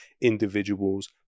individuals